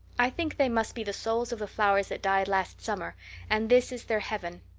i think they must be the souls of the flowers that died last summer and this is their heaven.